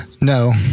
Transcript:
No